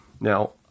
Now